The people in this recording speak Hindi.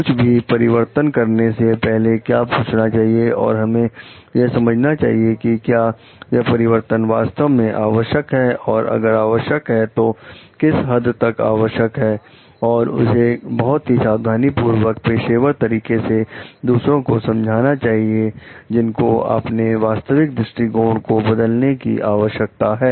कुछ भी परिवर्तन करने से पहले क्या पूछना चाहिए और हमें यह समझना चाहिए कि क्या यह परिवर्तन वास्तव में आवश्यक है और अगर आवश्यक है तो किस हद तक आवश्यक है और उसे बहुत ही सावधानी पूर्वक पेशेवर तरीके से दूसरों को समझाना चाहिए जिनको अपने वास्तविक दृष्टिकोण को बदलने की आवश्यकता है